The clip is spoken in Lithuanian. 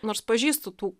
nors pažįstu tų